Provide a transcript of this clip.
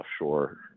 offshore